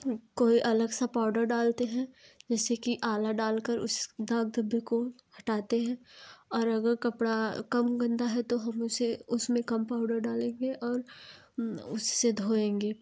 कोई अलग सा पाउडर डालते हैं जैसे कि आला डालकर उस दाग धब्बे को हटाते हैं और अगर कपड़ा कम गंदा है तो हम उसे उसमें कम पाउडर डालेंगे और उससे धोएँगे